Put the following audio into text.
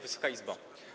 Wysoka Izbo!